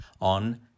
on